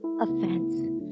offense